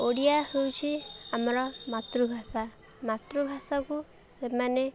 ଓଡ଼ିଆ ହେଉଛି ଆମର ମାତୃଭାଷା ମାତୃଭାଷାକୁ ସେମାନେ